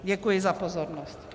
Děkuji za pozornost.